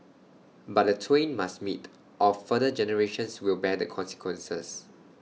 but the twain must meet or further generations will bear the consequences